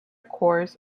corps